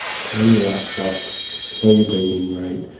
turn your lights off, slow your breathing rate,